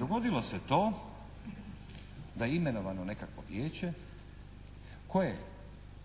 Dogodilo se to da imenovano nekakvo Vijeće koje